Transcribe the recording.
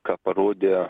ką parodė